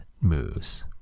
moves